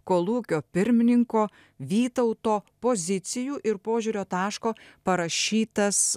kolūkio pirmininko vytauto pozicijų ir požiūrio taško parašytas